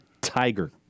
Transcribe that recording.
Tiger